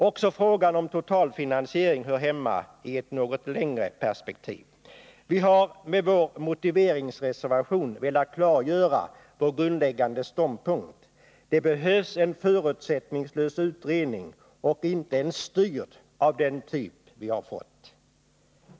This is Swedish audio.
Också frågan om totalfinansiering hör hemma i ett något längre perspektiv. Vi har med vår motiveringsreservation velat klargöra vår grundläggande ståndpunkt: det behövs en förutsättningslös utredning och inte en som är styrd, av den typ vi har fått.